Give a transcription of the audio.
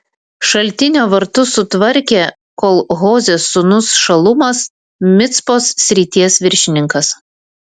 šaltinio vartus sutvarkė kol hozės sūnus šalumas micpos srities viršininkas